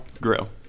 Grill